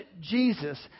Jesus